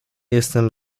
jestem